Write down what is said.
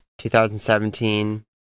2017